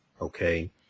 Okay